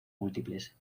múltiples